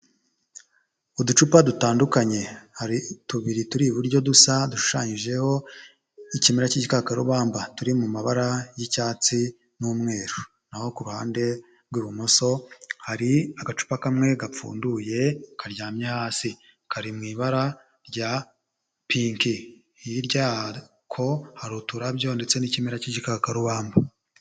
Uducupa dutandukanye hari tubiri turi iburyo dusa dushushanyijeho ikimera k'igikakarubamba, turi mu mabara y'icyatsi n'umweru, naho ku ruhande rw'ibumoso hari agacupa kamwe gapfunduye karyamye hasi, kari mu ibara rya pinki hirya yako hari uturabyo ndetse n'ikimera k'igikakarubamba.